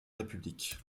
république